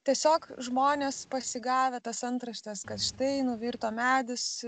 tiesiog žmonės pasigavę tas antraštes kad štai nuvirto medis